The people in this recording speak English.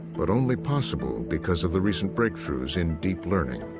but only possible because of the recent breakthroughs in deep learning.